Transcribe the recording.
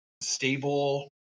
stable